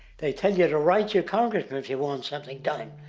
they tell you, write your congressman if you want something done.